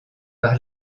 par